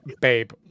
babe